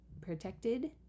protected